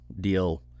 deal